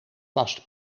past